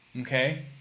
okay